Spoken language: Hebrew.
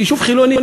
זה יישוב חילוני,